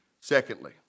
Secondly